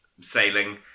sailing